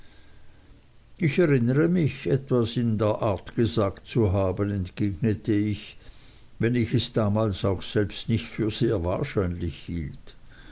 ich erinnere mich etwas der art gesagt zu haben entgegnete ich wenn ich es damals auch selbst nicht für sehr wahrscheinlich hielt